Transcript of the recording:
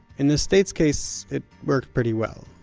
in the state's case it worked pretty well,